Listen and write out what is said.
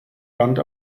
land